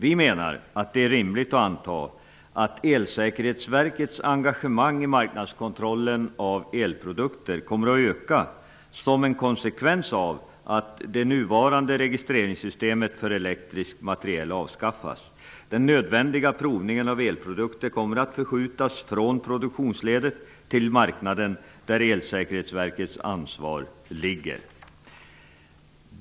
Vi menar att det är rimligt att anta att Elsäkerhetsverkets engagemang i marknadskontrollen av elprodukter kommer att öka som en konsekvens av att det nuvarande registreringssystemet för elektrisk materiel avskaffas. Den nödvändiga provningen av elprodukter kommer att förskjutas från produktionsledet till marknaden, där Elsäkerhetsverkets ansvar ligger.